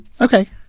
okay